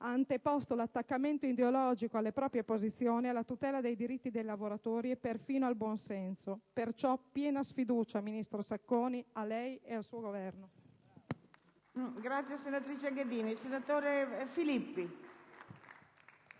ha anteposto l'attaccamento ideologico alle proprie posizioni alla tutela dei diritti dei lavoratori e, perfino, al buon senso. Per questo piena sfiducia, ministro Sacconi, a lei e al suo Governo.